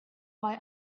why